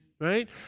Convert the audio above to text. right